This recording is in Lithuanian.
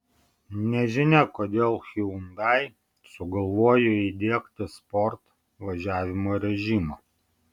nežinia kodėl hyundai sugalvojo įdiegti sport važiavimo režimą